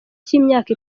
cy’imyaka